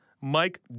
Mike